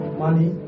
money